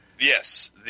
Yes